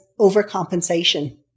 overcompensation